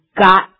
got